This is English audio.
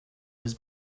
his